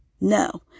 No